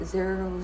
Zero